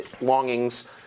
longings